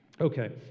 Okay